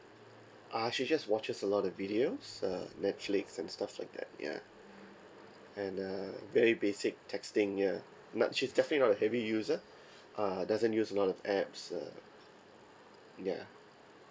uh she just watches a lot of video uh netflix and stuff like that ya and uh very basic texting ya no she's just definitely not a heavy user err doesn't use a lot of apps uh ya